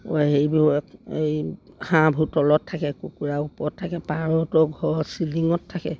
হেৰিবোৰক এই হাঁহবোৰ তলত থাকে কুকুৰা ওপৰত থাকে পাৰটো ঘৰৰ চিলিঙত থাকে